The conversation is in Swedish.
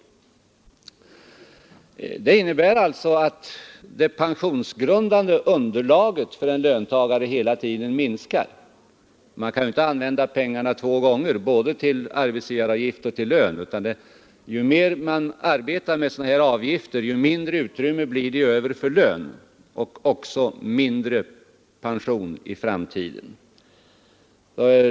Allt detta innebär att det pensionsgrundande underlaget för löntagarna hela tiden minskar. Man kan ju inte använda pengarna två gånger, både till arbetsgivaravgift och till lön. Ju mer man använder sig av sådana här avgifter, desto mindre blir utrymmet för lön och därmed också för pension.